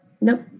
Nope